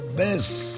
best